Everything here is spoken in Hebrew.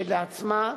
כשלעצמה,